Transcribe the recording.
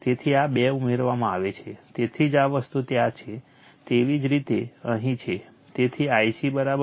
તેથી આ 2 ઉમેરવામાં આવે છે તેથી જ આ વસ્તુ ત્યાં છે એવી જ રીતે અહીં છે